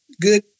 good